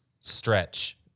stretch